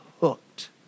hooked